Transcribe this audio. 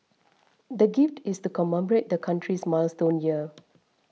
the gift is to commemorate the country's milestone year